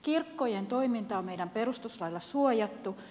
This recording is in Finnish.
kirkkojen toiminta on meidän perustuslaillamme suojattu